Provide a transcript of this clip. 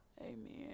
Amen